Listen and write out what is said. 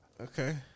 Okay